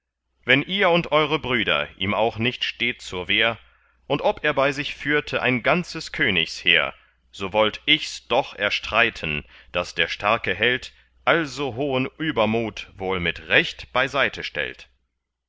wenn ihr und eure brüder ihm auch nicht steht zur wehr und ob er bei sich führte ein ganzes königsheer so wollt ichs doch erstreiten daß der starke held also hohen übermut wohl mit recht beiseite stellt